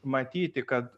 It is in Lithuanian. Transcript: matyti kad